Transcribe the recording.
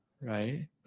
right